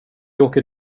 åker